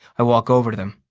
i walk over to them,